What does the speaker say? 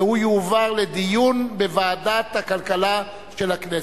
והיא תועבר לדיון בוועדת הכלכלה של הכנסת.